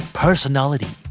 personality